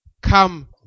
come